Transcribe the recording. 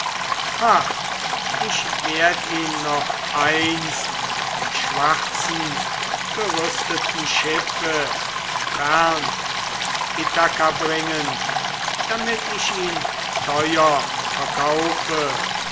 ich werd ihn noch einst im schwarzen gerüsteten schiffe fern von ithaka bringen damit ich ihn teuer verkaufe